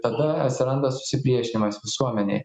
tada atsiranda susipriešinimas visuomenėj